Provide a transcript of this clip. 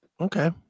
okay